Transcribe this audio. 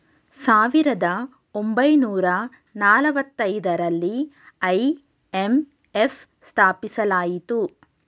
ಸಾವಿರದ ಒಂಬೈನೂರ ನಾಲತೈದರಲ್ಲಿ ಐ.ಎಂ.ಎಫ್ ಸ್ಥಾಪಿಸಲಾಯಿತು